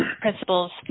principles